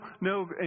no